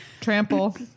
Trample